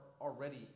already